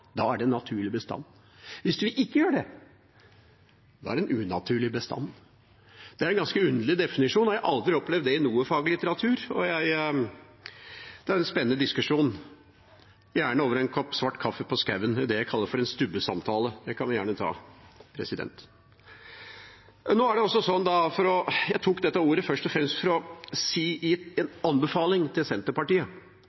da er det en naturlig bestand, men hvis du ikke gjør det, da er det en unaturlig bestand? Det er en ganske underlig definisjon, og jeg har aldri opplevd det i noe faglitteratur. Det er en spennende diskusjon, gjerne over en kopp svart kaffe på skauen i det jeg kaller for en stubbesamtale. Det kan vi gjerne ta. Jeg tok ordet nå først og fremst for å gi en